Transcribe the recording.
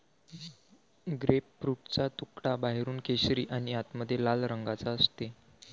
ग्रेपफ्रूटचा तुकडा बाहेरून केशरी आणि आतमध्ये लाल रंगाचा असते